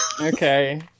okay